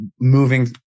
moving